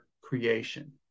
creation